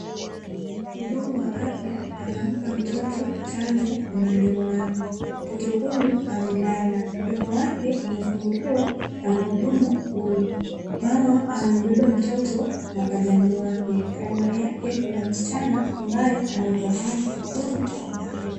Mhudumu wa afya anampa mtoto chanjo kwenye mdomo wake. Mtoto huyu amelala, mdomo wake umefunguliwa na mhudumu huyu. Mama amembeba mtoto mapajani mwake. Kando yake kuna msichana ambaye anamtazama mtoto huyu kwa makini.